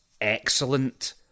excellent